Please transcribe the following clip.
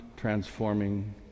transforming